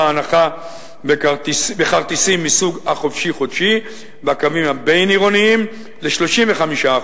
ההנחה בכרטיסים מסוג "חופשי-חודשי" בקווים הבין-עירוניים ל-35%.